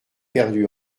perdu